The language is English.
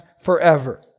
forever